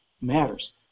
matters